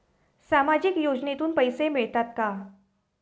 सामाजिक योजनेतून पैसे मिळतात का?